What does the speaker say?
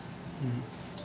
mmhmm